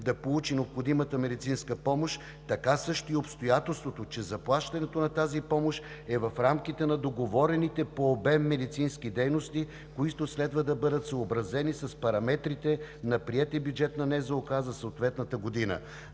да получи необходимата медицинска помощ, така също и обстоятелството, че заплащането на тази помощ е в рамките на договорените по обем медицински дейности, които следва да бъдат съобразени с параметрите на приетия бюджет на НЗОК за съответната година.